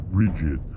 rigid